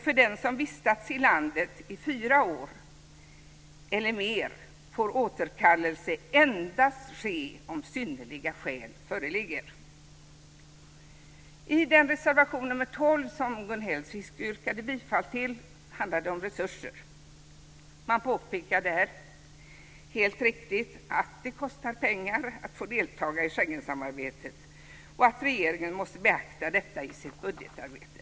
För den som vistats i landet i fyra år eller mer får återkallelse endast ske om synnerliga skäl föreligger. I reservation nr 12, som Gun Hellsvik yrkat bifall till, handlar det om resurser. Man påpekar där, helt riktigt, att det kostar pengar att få delta i Schengensamarbetet och att regeringen måste beakta detta i sitt budgetarbete.